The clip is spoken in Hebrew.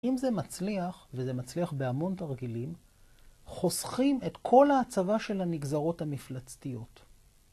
אם זה מצליח, וזה מצליח בהמון תרגילים, חוסכים את כל ההצבה של הנגזרות המפלצתיות.